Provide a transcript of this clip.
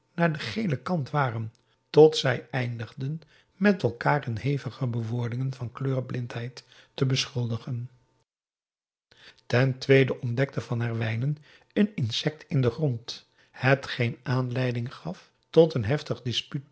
ps maurits kant waren tot zij eindigden met elkaar in heftige bewoordingen van kleurenblindheid te beschuldigen ten tweede ontdekte van herwijnen een insect in den grond hetgeen aanleiding gaf tot een heftig